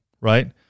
Right